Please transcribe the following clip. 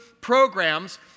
programs